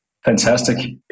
Fantastic